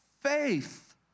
faith